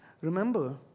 Remember